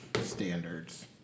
standards